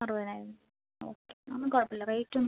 അറുപതിനായിരം ഓക്കെ അതൊന്നും കുഴപ്പം ഇല്ല റേറ്റ് ഒന്നും